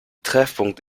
treffpunkt